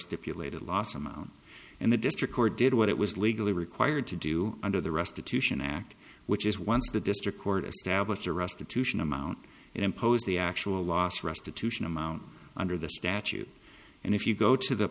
stipulated loss amount and the district court did what it was legally required to do under the restitution act which is once the district court established arrested to sion amount and impose the actual loss restitution amount under the statute and if you go to the